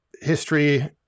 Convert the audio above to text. history